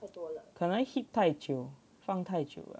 可能 heat 太久放太久